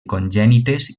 congènites